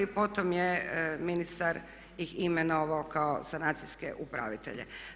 Potom je ministar ih imenovao kao sanacijske upravitelje.